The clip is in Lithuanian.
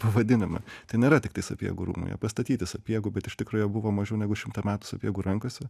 pavadinime tai nėra tiktai sapiegų rūmai jie pastatyti sapiegų bet iš tikro jie buvo mažiau negu šimtą metų sapiegų rankose